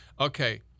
Okay